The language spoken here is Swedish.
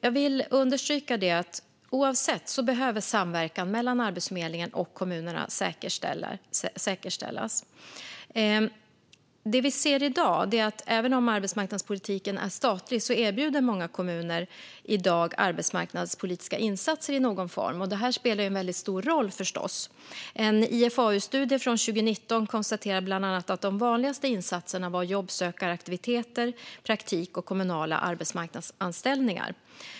Jag vill understryka att oavsett vad behöver samverkan mellan Arbetsförmedlingen och kommunerna säkerställas. Det vi ser är att även om arbetsmarknadspolitiken är statlig erbjuder många kommuner i dag arbetsmarknadspolitiska insatser i någon form. Det spelar förstås en väldigt stor roll. En IFAU-studie från 2019 konstaterar bland annat att de vanligaste insatserna var jobbsökaraktiviteter, praktik och kommunala arbetsmarknadsanställningar.